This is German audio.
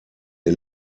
ihr